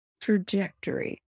trajectory